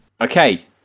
Okay